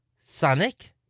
Sonic